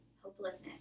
hopelessness